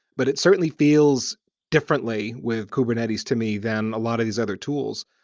but it certainly feels differently with kubernetes to me than a lot of these other tools.